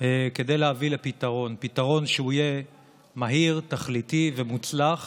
כדי להביא לפתרון שיהיה מהיר, תכליתי ומוצלח